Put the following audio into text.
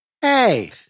hey